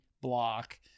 block